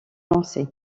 lancée